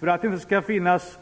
För att det skall finnas